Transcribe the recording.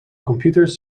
computers